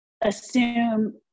assume